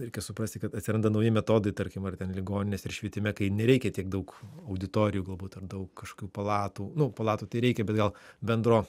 reikia suprasti kad atsiranda nauji metodai tarkim ar ten ligoninės ir švietime kai nereikia tiek daug auditorijų galbūt ar daug kažkių palatų nu palatų tai reikia bet gal bendro